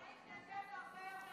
הוא משתתף הרבה יותר ממך,